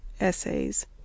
Essays